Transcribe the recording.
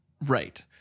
Right